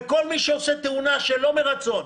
וכל מי שעושה תאונה שלא מרצון,